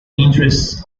interests